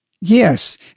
yes